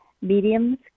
mediums